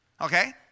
okay